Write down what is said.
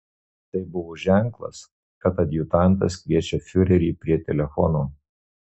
tai buvo ženklas kad adjutantas kviečia fiurerį prie telefono